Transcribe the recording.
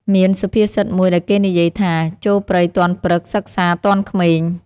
មានសុភាសិតមួយដែលគេនិយាយថា ចូលព្រៃទាន់ព្រឹក សិក្សាទាន់ក្មេង ។